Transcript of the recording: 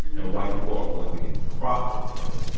and white people are more likely to profit from it.